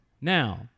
now